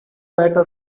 better